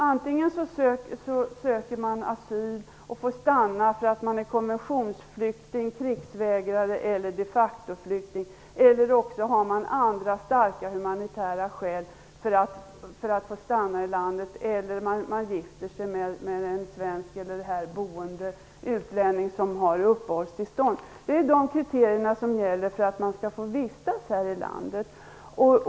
Antingen söker man asyl och får stanna för att man är konventionsflykting, krigsvägrare eller de facto-flykting, eller också har man andra starka humanitära skäl för att få stanna i landet. Man kanske gifter sig med en svensk eller en här boende utlänning som har uppehållstillstånd. Det är de kriterierna som gäller för att man skall få vistas här i landet.